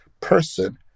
person